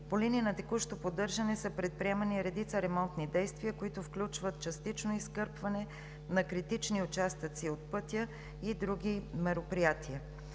по линия на „Текущо поддържане“ са предприемани редица ремонтни действия, които включват частично изкърпване на критични участъци от пътя и други мероприятия.